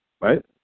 right